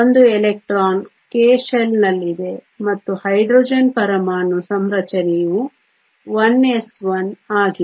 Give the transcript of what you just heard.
ಒಂದು electron k shell ನಲ್ಲಿದೆ ಮತ್ತು ಹೈಡ್ರೋಜನ್ ಪರಮಾಣು ಸಂರಚನೆಯು 1s1 ಆಗಿದೆ